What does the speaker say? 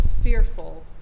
fearful